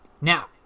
Now